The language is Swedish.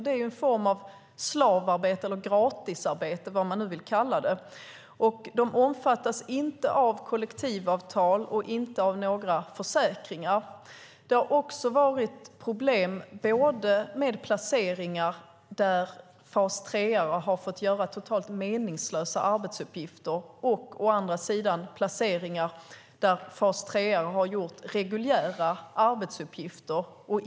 Det är en form av slavarbete eller gratisarbete, vad man nu vill kalla det. De omfattas inte av kollektivavtal och inte av några försäkringar. Det har också varit problem både med placeringar där fas 3:are har fått göra totalt meningslösa arbetsuppgifter och med placeringar där fas 3:are har gjort reguljära arbetsuppgifter.